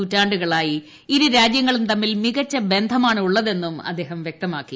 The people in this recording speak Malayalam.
നുറ്റാണ്ടുകളായി ഇരു രാജ്യങ്ങളും തമ്മിൽ മികച്ച ബന്ധമാണുള്ളതെന്നും അദ്ദേഹം വൃക്തമാക്കി